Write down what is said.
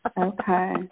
Okay